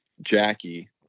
jackie